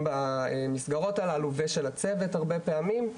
במסגרות הללו ושל הצוות הרבה פעמים.